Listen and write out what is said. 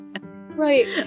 Right